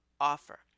offer